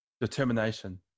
determination